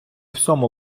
всьому